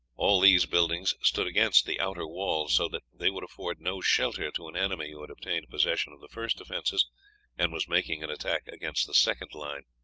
all these buildings stood against the outer wall, so that they would afford no shelter to an enemy who had obtained possession of the first defences and was making an attack against the second line.